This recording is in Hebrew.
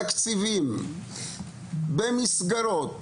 בתקציבים ובמסגרות